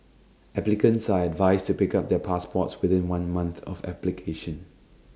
applicants are advised to pick up their passports within one month of application